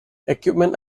equipment